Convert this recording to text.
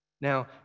Now